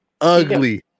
ugly